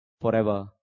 forever